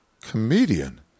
comedian